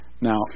Now